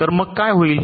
तर मग काय होईल